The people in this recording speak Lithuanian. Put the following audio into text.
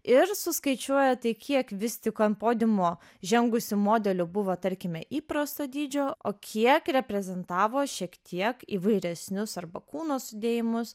ir suskaičiuoja tai kiek vis tik ant podiumo žengusių modelių buvo tarkime įprasto dydžio o kiek reprezentavo šiek tiek įvairesnius arba kūno sudėjimus